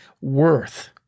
worth